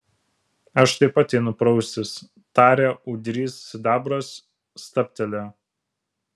aš taip pat einu praustis tarė ūdrys sidabras stabtelėjo